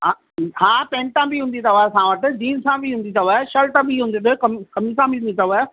हा हा पेंटा बि हूंदी अथव असां वटि जीन्सां बि हूंदी थव शर्ट बि हूंदी अथव खम ख़मीसां बि हूंदी अथव